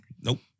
Nope